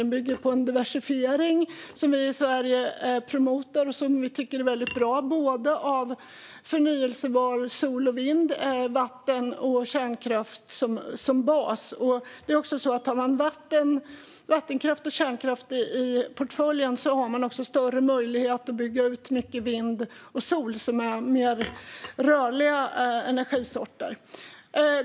Den bygger på en diversifiering, som vi i Sverige promotar och tycker är väldigt bra, både av förnybar sol, vind och vatten och av kärnkraft som bas. Har man vattenkraft och kärnkraft i portföljen har man också större möjlighet att bygga ut mycket vindel och solel, som är mer rörliga energisorter.